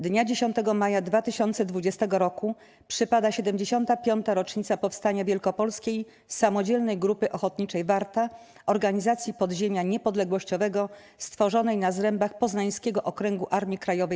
Dnia 10 maja 2020 r. przypada 75. rocznica powstania Wielkopolskiej Samodzielnej Grupy Ochotniczej 'Warta', organizacji podziemia niepodległościowego stworzonej na zrębach Poznańskiego Okręgu Armii Krajowej.